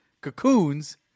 cocoons